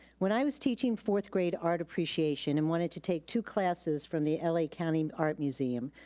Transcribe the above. when i was teaching fourth grade art appreciation and wanted to take two classes from the l a. county art museum,